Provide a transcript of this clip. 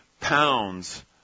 pounds